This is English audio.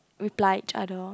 reply each other